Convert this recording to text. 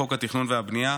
חוק התכנון והבנייה,